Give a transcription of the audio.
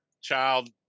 child